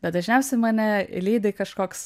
bet dažniausiai mane lydi kažkoks